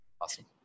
awesome